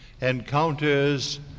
encounters